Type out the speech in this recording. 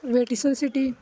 Vatican city